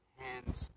hands